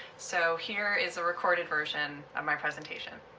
so here is a recorded version of my presentation.